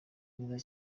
neza